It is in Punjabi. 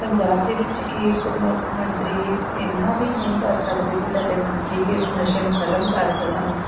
ਪੰਜਾਬ ਦੇ ਵਿੱਚ ਕੀ ਇੱਕ ਮੁੱਖ ਮੰਤਰੀ ਇੰਨਾ ਵੀ ਨਹੀਂ ਕਰ ਸਕਦੇ ਕਿ ਸਾਡੇ ਮੰਤਰੀ ਕਿ ਇਸ ਨਸ਼ੇ ਨੂੰ ਖਤਮ ਕਰ ਸਕਣ